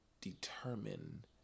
determine